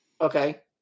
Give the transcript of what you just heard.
Okay